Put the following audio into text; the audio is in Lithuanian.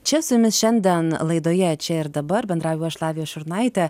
čia su jumis šiandien laidoje čia ir dabar bendrauju aš lavija šurnaitė